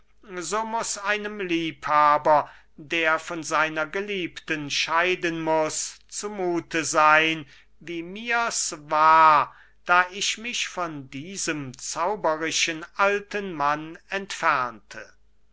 muß einem liebhaber der von seiner geliebten scheiden muß zu muthe seyn wie mir's war da ich mich von diesem zauberischen alten mann entfernte